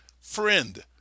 friend